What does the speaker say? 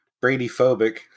Brady-phobic